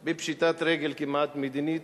קיבלנו מדינה בפשיטת רגל כמעט מדינית,